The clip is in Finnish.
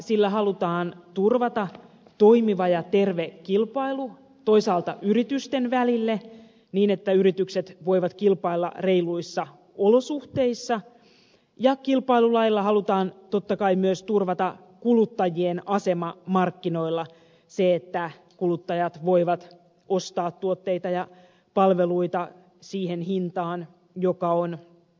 sillä halutaan turvata toimiva ja terve kilpailu toisaalta yritysten välillä niin että yritykset voivat kilpailla reiluissa olosuhteissa ja toisaalta kilpailulailla halutaan totta kai myös turvata kuluttajien asema markkinoilla se että kuluttajat voivat ostaa tuotteita ja palveluita siihen hintaan joka oikea